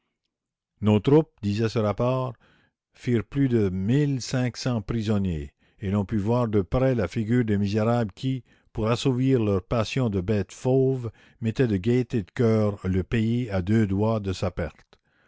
nos troupes disait ce rapport firent plus de mille cinq cents prisonniers et l'on put voir de près la figure des misérables qui pour assouvir leurs passions de bêtes fauves mettaient de gaîté de cœur le pays à deux doigts de sa perte